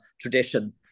tradition